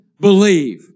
believe